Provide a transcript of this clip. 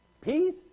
Peace